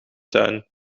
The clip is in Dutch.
tuin